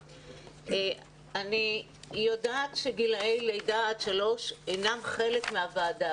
אני יודעת שגילי לידה עד שלוש אינם חלק מהוועדה